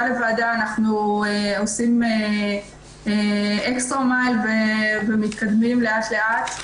לדיון אנחנו עושים אקסטרה מייל ומתקדמים לאט-לאט.